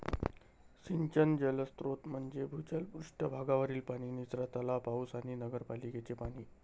सिंचन जलस्रोत म्हणजे भूजल, पृष्ठ भागावरील पाणी, निचरा तलाव, पाऊस आणि नगरपालिकेचे पाणी